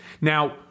Now